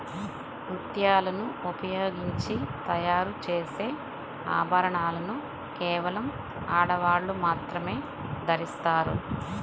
ముత్యాలను ఉపయోగించి తయారు చేసే ఆభరణాలను కేవలం ఆడవాళ్ళు మాత్రమే ధరిస్తారు